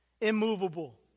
immovable